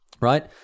right